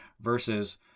versus